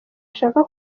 ashaka